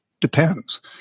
depends